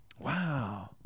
wow